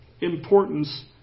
importance